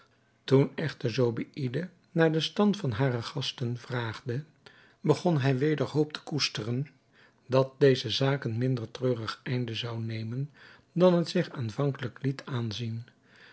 toen echter zobeïde naar den stand van hare gasten vraagde begon hij weder hoop te koesteren dat deze zaak een minder treurig einde zou nemen dan het zich aanvankelijk liet aanzien